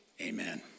Amen